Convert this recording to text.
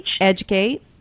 educate